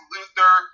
Luther